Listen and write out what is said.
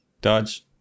dodge